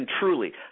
truly